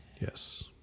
yes